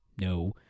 No